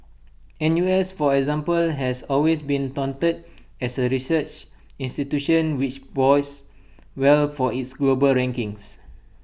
N U S for example has always been touted as A research institution which bodes well for its global rankings